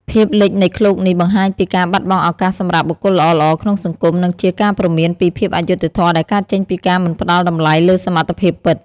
ភាពលិចនៃឃ្លោកនេះ បង្ហាញពីការបាត់បង់ឱកាសសម្រាប់បុគ្គលល្អៗក្នុងសង្គម និងជាការព្រមានពីភាពអយុត្តិធម៌ដែលកើតចេញពីការមិនផ្តល់តម្លៃលើសមត្ថភាពពិត។